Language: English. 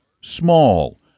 small